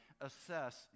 assess